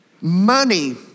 money